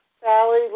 Sally